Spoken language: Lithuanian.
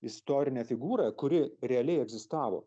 istorinę figūrą kuri realiai egzistavo